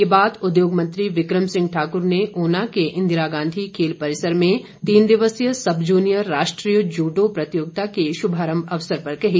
ये बात उद्योग मंत्री बिक्रम सिंह ठाकुर ने ऊना के इंदिरा गांधी खेल परिसर में तीन दिवसीय सब जूनियर राष्ट्रीय जूडो प्रतियोगिता के शुभारंभ पर कही